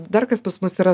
dar kas pas mus yra